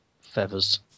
feathers